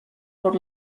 por